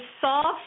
soft